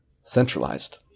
centralized